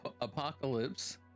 Apocalypse